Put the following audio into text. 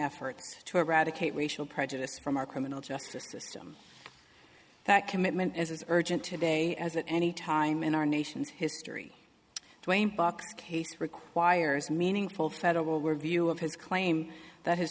effort to eradicate racial prejudice from our criminal justice system that commitment as urgent today as at any time in our nation's history buck case requires meaningful federal were view of his claim that his